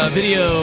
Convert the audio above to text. video